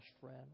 friend